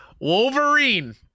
wolverine